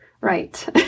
Right